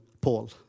Paul